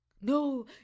No